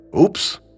Oops